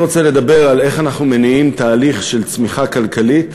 אני רוצה לדבר על איך אנחנו מניעים תהליך של צמיחה כלכלית